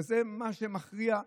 וזה מה שמכריע,